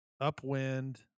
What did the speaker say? upwind